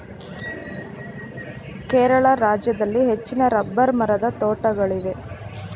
ಕೇರಳ ರಾಜ್ಯದಲ್ಲಿ ಹೆಚ್ಚಿನ ರಬ್ಬರ್ ಮರದ ತೋಟಗಳಿವೆ